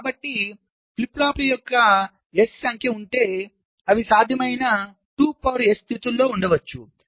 కాబట్టి ఫ్లిప్ ఫ్లాప్ల యొక్క S సంఖ్య ఉంటే అవిసాధ్యమైన స్థితుల్లో ఉండవచ్చు